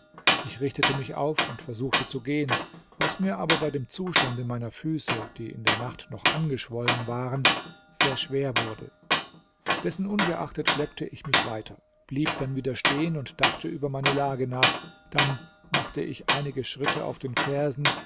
ich richtete mich auf und versuchte zu gehen was mir aber bei dem zustande meiner füße die in der nacht noch angeschwollen waren sehr schwer wurde dessen ungeachtet schleppte ich mich weiter blieb dann wieder stehen und dachte über meine lage nach dann machte ich einige schritte auf den fersen